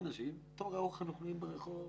אנשים ותור ארוך של אנשים שממתינים ברחוב.